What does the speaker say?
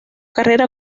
carrera